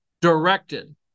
directed